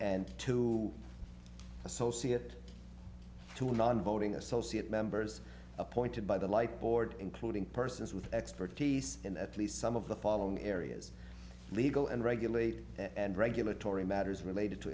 and to associate two non voting associate members appointed by the light board including persons with expertise in at least some of the following areas legal and regulate and regulatory matters related to